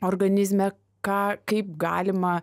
organizme ką kaip galima